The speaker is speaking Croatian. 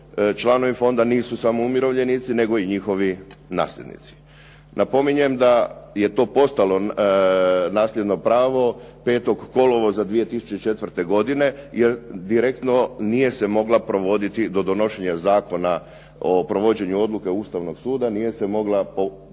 članovi fonda nisu samo umirovljenici nego i njihovi nasljednici. Napominjem da je to postalo nasljedno pravo 5. kolovoza 2004. godine jer direktno nije se mogla provoditi do donošenja zakona o provođenju odluke Ustavnog suda nije se mogla propisima